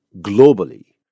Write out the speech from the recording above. globally